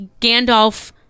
Gandalf